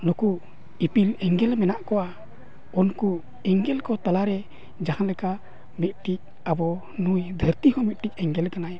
ᱱᱩᱠᱩ ᱤᱯᱤᱞ ᱮᱸᱜᱮᱞ ᱢᱮᱱᱟᱜ ᱠᱚᱣᱟ ᱩᱱᱠᱩ ᱮᱸᱜᱮᱞ ᱠᱚ ᱛᱟᱞᱟ ᱨᱮ ᱡᱟᱦᱟᱸ ᱞᱮᱠᱟ ᱢᱤᱫᱴᱤᱡ ᱟᱵᱚ ᱱᱩᱭ ᱫᱷᱟᱹᱨᱛᱤ ᱦᱚᱸ ᱢᱤᱫᱴᱤᱡ ᱮᱸᱜᱮᱞ ᱠᱟᱱᱟᱭ